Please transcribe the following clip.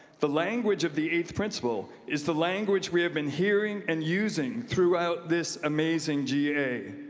the language of the eighth principle is the language we have been hearing and using throughout this amazing ga.